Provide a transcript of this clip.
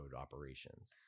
operations